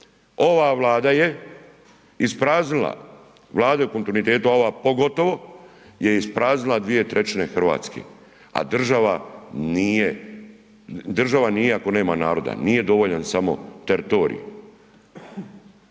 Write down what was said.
Ova Vlada je ispraznila, vlade u kontinuitetu, a ova pogotovo je ispraznila 2/3 Hrvatske, a država nije ako nema naroda, nije dovoljan samo teritorij.